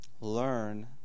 learn